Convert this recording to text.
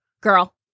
Girl